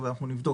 אבל נבדוק